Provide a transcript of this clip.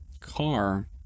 car